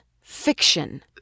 fiction